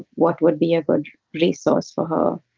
what would be a good resource for her?